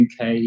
UK